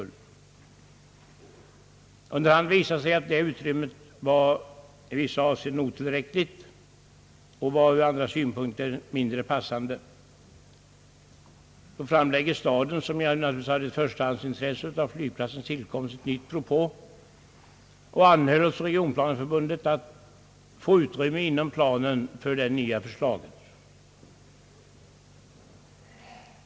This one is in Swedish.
Under hand har det visat sig att detta utrymme var i vissa avseenden otillräckligt och ur andra synpunkter mindre passande. Då framlade Borås stad, som naturligtvis har ett förstahandsintresse av flygplatsens tillkomst, ett nytt förslag att hos regionplaneförbundet få utrymme inom planen för det nya förslaget.